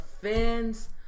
fans